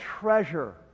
treasure